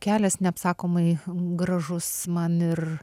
kelias neapsakomai gražus man ir